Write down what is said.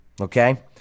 Okay